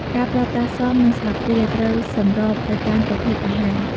ការប្រើប្រាស់សម និងស្លាបព្រាត្រូវសម្របទៅតាមប្រភេទអាហារ។